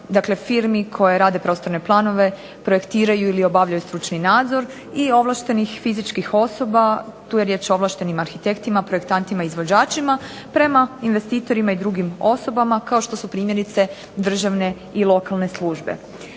dakle firmi koje rade prostorne planove, projektiraju ili obavljaju stručni nadzor i ovlaštenih fizičkih osoba, tu je riječ o ovlaštenim arhitektima, projektantima i izvođačima, prema investitorima i drugim osobama kao što su primjerice državne i lokalne službe.